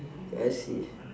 I see